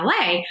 la